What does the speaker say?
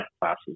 classes